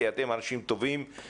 כי אתם אנשים טובים,